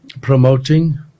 promoting